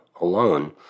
alone